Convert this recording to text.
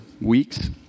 weeks